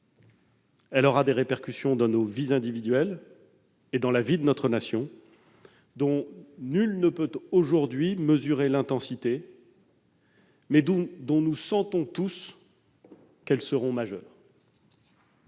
Elle aura des répercussions dans nos vies individuelles et dans la vie de notre Nation, dont nul ne peut aujourd'hui mesurer l'intensité, mais dont nous sentons tous qu'elles seront majeures.